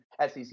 SEC